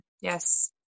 Yes